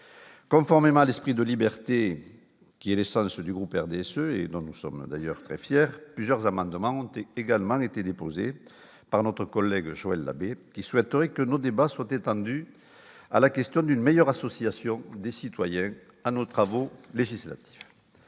conformément à l'esprit de liberté qui est l'essence du groupe RDSE et donc nous sommes d'ailleurs très fiers, plusieurs amendements compter également été déposé par notre collègue Joël Labbé, qui souhaiterait que notre débat soit étendu à la question d'une meilleure association des citoyens à nos travaux législatifs,